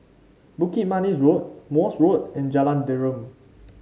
Bukit Manis Road Morse Road and Jalan Derum